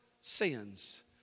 sins